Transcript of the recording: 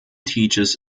teaches